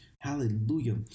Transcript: Hallelujah